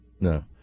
No